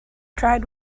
tried